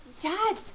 Dad